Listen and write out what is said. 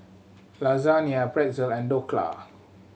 Lasagna Pretzel and Dhokla